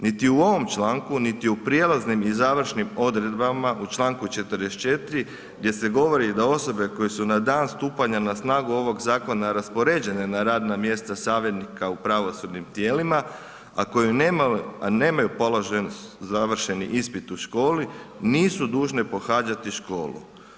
Niti u ovom članku niti u prijelaznim i završnim odredbama, u članku 44. gdje se govori da osobe koje su na dan stupanja na snagu ovog zakona raspoređene na radna mjesta savjetnika u pravosudnim tijelima, a koje nemaju položen završeni ispit u školi, nisu dužne pohađati školu.